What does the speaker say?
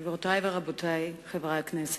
גבירותי ורבותי, חברי הכנסת,